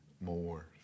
more